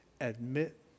Admit